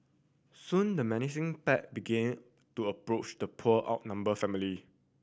soon the menacing pack begin to approach the poor outnumbered family